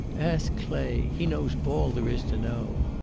ask clay. he knows all there is to know.